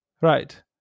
Right